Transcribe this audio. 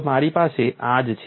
તો મારી પાસે આ જ છે